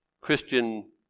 Christian